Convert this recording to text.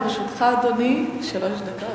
לרשותך, אדוני, שלוש דקות.